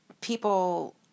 people